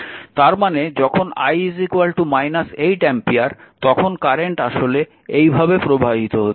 তার মানে যখন i 8 অ্যাম্পিয়ার তখন কারেন্ট আসলে এই ভাবে প্রবাহিত হচ্ছে